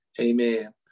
Amen